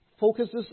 focuses